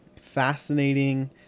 fascinating